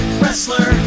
wrestler